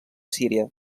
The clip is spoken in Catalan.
síria